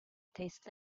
tastes